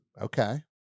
Okay